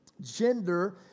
gender